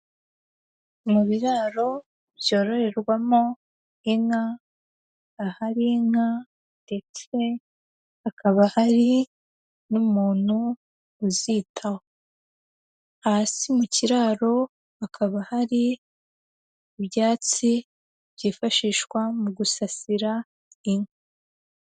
Mu biraro byororerwamo inka, ahari inka ndetse hakaba hari n'umuntu uzitaho. Hasi mu kiraro hakaba hari ibyatsi byifashishwa mu gusasira inka.